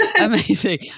amazing